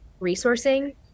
resourcing